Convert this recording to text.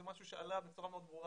זה משהו שעלה בצורה מאוד ברורה.